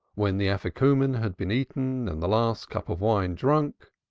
when the ajikuman had been eaten and the last cup of wine drunk,